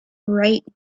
write